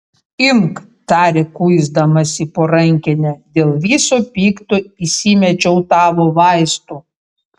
imk tarė kuisdamasi po rankinę dėl viso pikto įsimečiau tavo vaistų